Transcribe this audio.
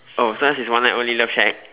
oh so yours is one night only love shack